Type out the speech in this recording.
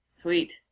Sweet